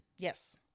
Yes